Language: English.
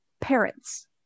parents